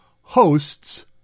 hosts